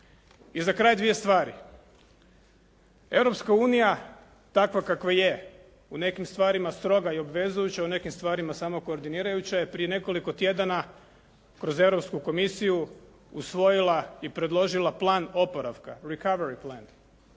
I za kraj dvije stvari. Europska unija takva kakva je, u nekim stvarima stroga i obvezujuća, u nekim stvarima samo koordinirajuća je, prije nekoliko tjedana kroz Europsku komisiju usvojila i predložila plan oporavka, recovery plan.